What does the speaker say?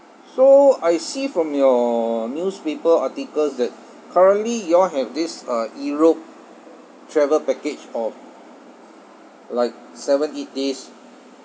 so I see from your newspaper articles that currently you all have this uh europe travel package of like seven eight days